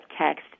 text